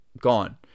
gone